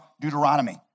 Deuteronomy